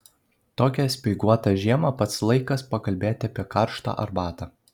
tokią speiguotą žiemą pats laikas pakalbėti apie karštą arbatą